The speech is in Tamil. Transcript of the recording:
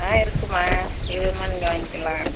ஆ இருக்குமா இதுமா நீங்கள் வாங்கிக்கலாம்